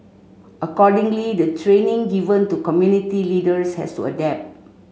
accordingly the training given to community leaders has to adapt